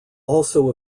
also